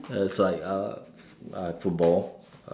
uh it's like uh I have football